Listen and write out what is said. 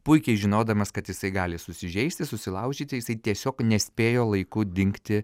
puikiai žinodamas kad jisai gali susižeisti susilaužyti jisai tiesiog nespėjo laiku dingti